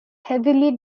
heavily